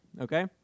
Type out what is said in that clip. okay